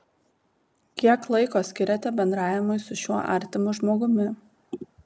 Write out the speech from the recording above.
kiek laiko skiriate bendravimui su šiuo artimu žmogumi